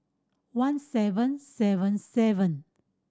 one seven seven seven